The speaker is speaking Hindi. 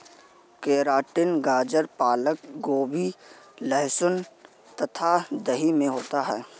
केराटिन गाजर पालक गोभी लहसुन तथा दही में होता है